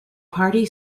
party